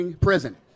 prison